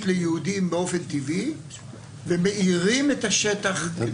ליהודים באופן טבעי ומעירים את השטח.